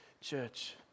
church